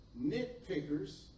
nitpickers